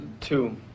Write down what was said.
Two